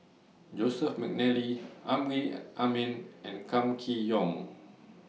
Joseph Mcnally Amrin Amin and Kam Kee Yong